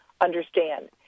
understand